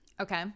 Okay